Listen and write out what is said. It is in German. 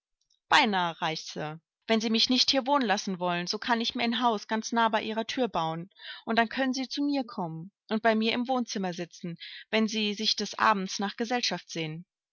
reich sir wenn sie mich nicht hier wohnen lassen wollen so kann ich mir ein haus ganz nahe bei ihrer thür bauen und dann können sie zu mir kommen und bei mir im wohnzimmer sitzen wenn sie sich des abends nach gesellschaft sehnen